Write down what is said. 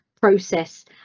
process